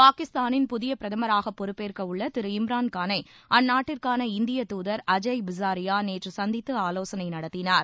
பாகிஸ்தானில் புதிய பிரதமராக பொறுப்பேற்கவுள்ள திரு இம்ரான்காளை அந்நாட்டிற்கான இந்திய தூதர் அஜய் பிஸ்ஸாரியா நேற்று சந்தித்து ஆலோசனை நடத்தினார்